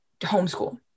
homeschool